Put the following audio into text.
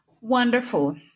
Wonderful